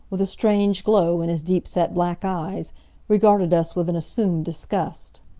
with a strange glow in his deep-set black eyes regarded us with an assumed disgust.